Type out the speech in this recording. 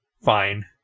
Fine